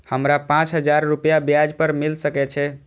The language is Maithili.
हमरा पाँच हजार रुपया ब्याज पर मिल सके छे?